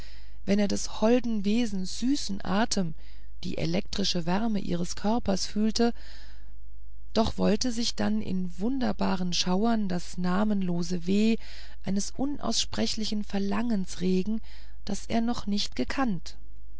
wenn er des holden wesens süßen atem die elektrische wärme ihres körpers fühlte doch wollte sich dann in wunderbaren schauern das namenlose weh eines unaussprechlichen verlangens regen das er noch nicht gekannt